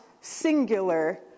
singular